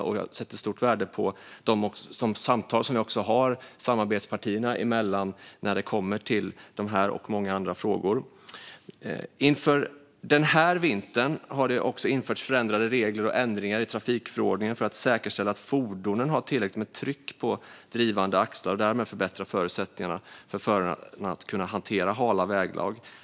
Jag sätter också stort värde på de samtal som vi har samarbetspartierna emellan när det kommer till dessa och många andra frågor. Inför den här vintern har det införts förändrade regler och ändringar i trafikförordningen för att säkerställa att fordonen har tillräckligt med tryck på drivande axlar och därmed förbättra förutsättningarna för dem att hantera hala väglag.